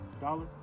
dollar